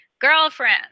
girlfriend